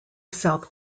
south